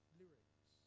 lyrics